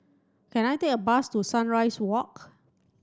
can I take a bus to Sunrise Walk